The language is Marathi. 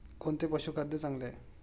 कोणते पशुखाद्य चांगले आहे?